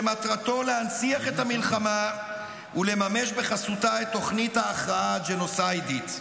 שמטרתו להנציח את המלחמה ולממש בחסותה את תוכנית ההכרעה הג'נוסיידית.